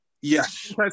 Yes